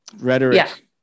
rhetoric